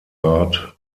art